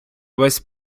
весь